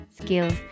skills